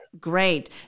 Great